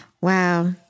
Wow